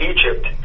Egypt